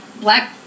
black